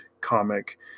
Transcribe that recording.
comic